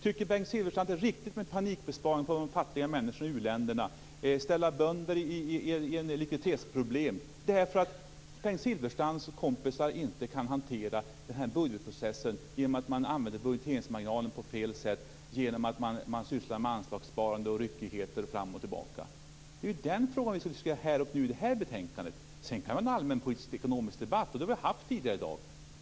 Tycker Bengt Silfverstrand att det är riktigt med panikbesparingar på de fattiga människorna i u-länderna, att sätta bönderna i likviditetsproblem, därför att Bengt Silfverstrands kompisar inte kan hantera budgetprocessen? Man använder budgeteringsmarginalen på fel sätt genom att syssla med anslagssparande och ryckighet fram och tillbaka. Det är den frågan som diskuteras i det här betänkandet. Sedan går det att ha en allmänpolitisk ekonomisk debatt. Det har vi haft tidigare i dag.